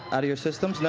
out of your systems?